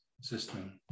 system